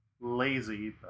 lazy